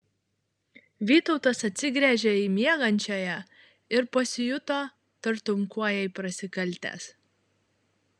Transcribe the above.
vytautas atsigręžė į miegančiąją ir pasijuto tartum kuo jai prasikaltęs